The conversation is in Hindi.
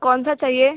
कौन सा चाहिए